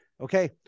Okay